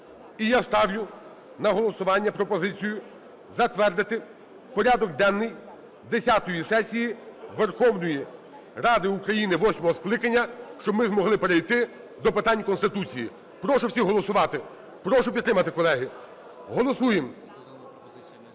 І я ставлю на голосування пропозицію затвердити порядок денний десятої сесії Верховної Ради України восьмого скликання, щоб ми змогли перейти до питань Конституції. Прошу всіх голосувати. Прошу підтримати, колеги. Голосуємо